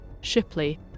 Shipley